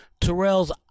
Terrell's